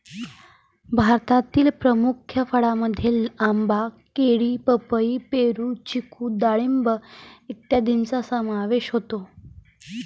भारतातील प्रमुख फळांमध्ये आंबा, केळी, पपई, पेरू, चिकू डाळिंब इत्यादींचा समावेश होतो